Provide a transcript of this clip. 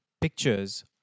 pictures